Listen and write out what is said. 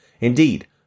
Indeed